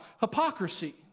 hypocrisy